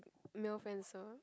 male friends lor